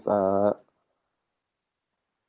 uh